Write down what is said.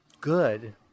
good